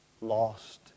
Lost